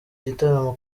gitaramo